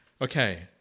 Okay